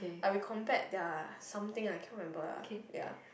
are we compared ya something I cannot remember ah ya